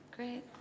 Great